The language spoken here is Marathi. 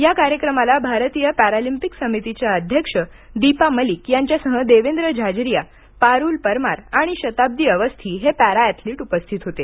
या कार्यक्रमाला भारतीय पॅरालिम्पिक समितीच्या अध्यक्ष दीपा मलिक यांच्यासह देवेंद्र झाझरिया पारूल परमार आणि शताब्दी अवस्थी हे पॅरा अॅथलिट उपस्थित होते